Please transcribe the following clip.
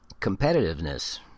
competitiveness